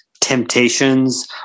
temptations